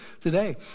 today